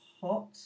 hot